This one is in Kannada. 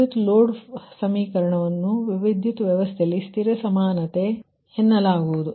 ವಿದ್ಯುತ್ ಲೋಡ್ ಹರಿವಿನಫ್ಲೋ ಸಮೀಕರಣವನ್ನು ವಿದ್ಯುತ್ ವ್ಯವಸ್ಥೆಯಲ್ಲಿ ಸ್ಥಿರ ಸಮಾನತೆ ಎನ್ನಲಾಗುವುದು